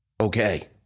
Okay